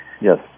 Yes